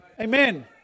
Amen